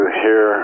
hear